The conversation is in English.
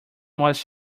was